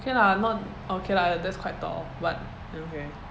okay lah not okay lah that's quite tall but I don't care